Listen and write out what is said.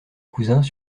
cousins